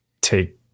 take